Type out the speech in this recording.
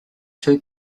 too